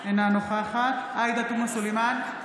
אינה נוכחת עאידה תומא סלימאן,